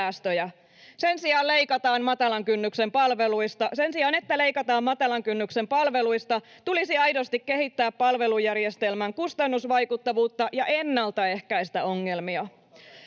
Sen sijaan, että leikataan matalan kynnyksen palveluista, tulisi aidosti kehittää palvelujärjestelmän kustannusvaikuttavuutta ja ennaltaehkäistä ongelmia.